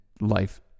life